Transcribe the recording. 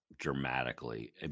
dramatically